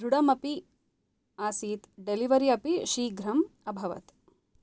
दृढमपि आसीत् डेलिवरी अपि शीघ्रम् अभवत्